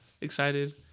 excited